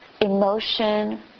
emotion